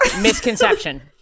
Misconception